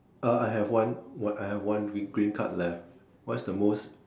uh I have one one I have one green card left what's the most